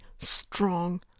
strong